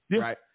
right